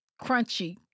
crunchy